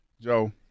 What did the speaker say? Joe